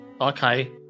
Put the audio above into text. Okay